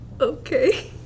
Okay